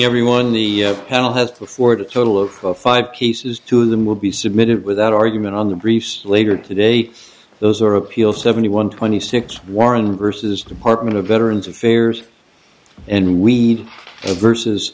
everyone on the panel has put forward a total of five cases two of them will be submitted without argument on the briefs later today those are appeal seventy one twenty six warren versus department of veterans affairs and we need versus